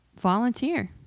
volunteer